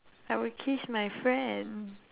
I will kiss my friend